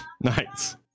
Nice